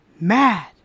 Mad